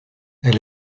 elle